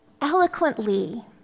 eloquently